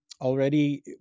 already